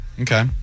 okay